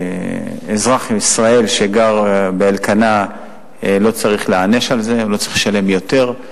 אזרח ישראל שגר באלקנה לא צריך להיענש על זה והוא לא צריך לשלם יותר.